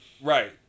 Right